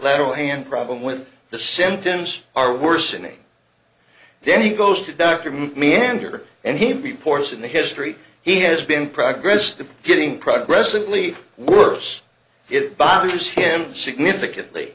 lateral hand problem with the symptoms are worsening then he goes to dr meander and he reports in the history he has been progress getting progressively worse it bothers him significantly